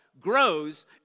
grows